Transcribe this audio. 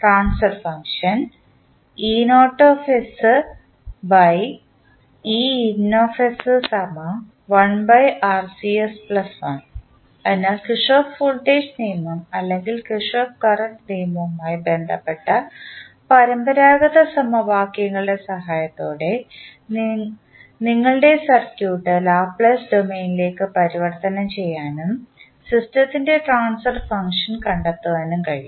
transfer function അതിനാൽ Kirchhoff voltage നിയമം അല്ലെങ്കിൽ കിർചോഫ് കറണ്ട് നിയമവുമായി ബന്ധപ്പെട്ട പരമ്പരാഗത സമവാക്യങ്ങളുടെ സഹായത്തോടെ നിങ്ങളുടെ സർക്യൂട്ട് ലാപ്ലേസ് ഡൊമെയ്നിലേക്ക് പരിവർത്തനം ചെയ്യാനും സിസ്റ്റത്തിൻറെ ട്രാൻസ്ഫർ ഫംഗ്ഷൻ കണ്ടെത്താനും കഴിയും